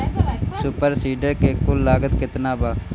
Super seeder के कुल लागत केतना बा?